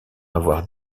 avoir